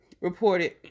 reported